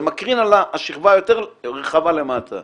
זה מקרין על השכבה היותר רחבה למטה.